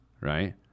right